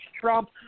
Trump